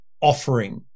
offering